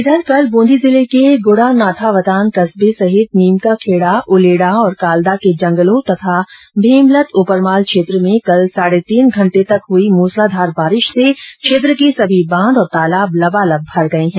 इधर कल बूंदी जिले के गुडानाथावतान कस्बे सहित नीम का खेड़ा उलेडा और कालदा के जंगलों तथा भीमलत उपरमाल क्षेत्र में कल साढ़े तीन घंटे हई मुसलाधार बारिश से क्षेत्र के सभी बांध और तालाब लबालब भर गए हैं